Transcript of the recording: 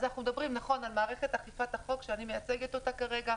אז אנחנו מדברים על מערכת אכיפת החוק שאני מייצגת אותה כרגע.